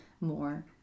more